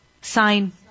Sign